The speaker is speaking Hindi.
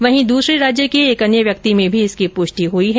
वहीं दूसरे राज्य के एक अन्य व्यक्ति में भी इसकी पुष्टि हुई है